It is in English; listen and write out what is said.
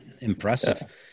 impressive